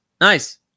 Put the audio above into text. Nice